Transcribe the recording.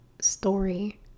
story